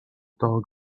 dull